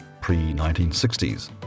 pre-1960s